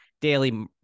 daily